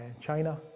China